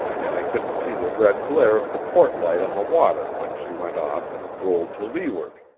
and i couldn't see the red glare of the port light on the water when she went off and rolled to leeward.